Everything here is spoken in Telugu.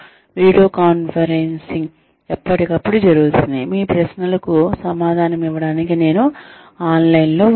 వీడియో కాన్ఫరెన్సింగ్ ఎప్పటికప్పుడు జరుగుతుంది మీ ప్రశ్నలకు సమాధానం ఇవ్వడానికి నేను ఆన్లైన్లో ఉంటాను